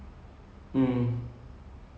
he will get the money from that but like